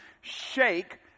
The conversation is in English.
shake